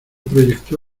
proyecto